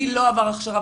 מי לא עבר הכשרה,